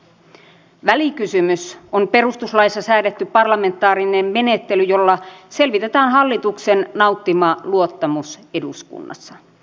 erityinen huoli on myös kuntapäättäjän näkökulmasta se ettei kuntapäättäjiltä kysytä mielipidettä vastaanottokeskuksen perustamisesta paikkakunnalle